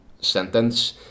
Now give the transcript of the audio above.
sentence